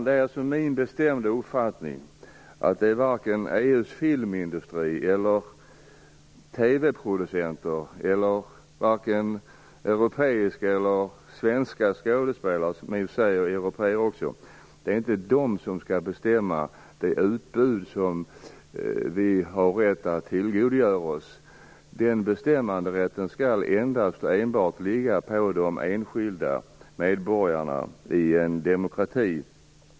Det är min bestämda uppfattning att det varken är EU:s filmindustri, TV-producenter eller europeiska skådespelare som skall bestämma det utbud vi har rätt att tillgodogöra oss. Den bestämmanderätten skall endast och enbart ligga hos de enskilda medborgarna i en demokrati.